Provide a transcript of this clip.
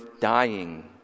dying